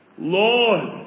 Lord